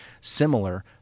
similar